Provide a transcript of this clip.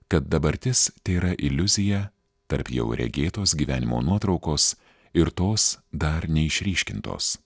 kad dabartis tėra iliuzija tarp jau regėtos gyvenimo nuotraukos ir tos dar neišryškintos